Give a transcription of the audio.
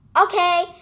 Okay